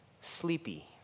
sleepy